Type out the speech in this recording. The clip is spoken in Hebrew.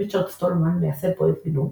ריצ'רד סטולמן מייסד פרויקט גנו,